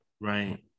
right